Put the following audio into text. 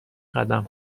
قدم